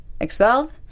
expelled